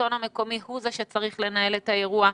שהשלטון המקומי הוא זה שצריך לנהל את האירוע.